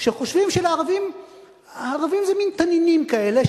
שחושבים שהערבים זה מין תנינים כאלה,